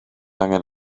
angen